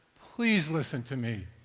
please listen to me.